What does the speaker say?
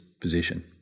position